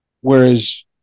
Whereas